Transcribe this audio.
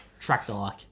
tractor-like